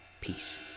Peace